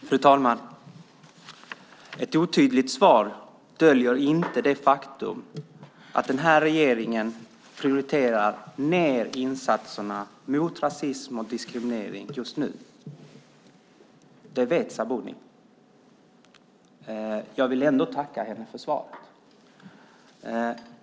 Fru talman! Ett otydligt svar döljer inte det faktum att regeringen prioriterar ned insatserna mot rasism och diskriminering just nu. Det vet Sabuni. Jag vill ändå tacka henne för svaret.